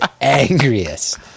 angriest